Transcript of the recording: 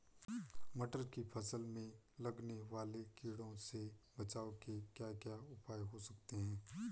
मटर की फसल में लगने वाले कीड़ों से बचाव के क्या क्या उपाय हो सकते हैं?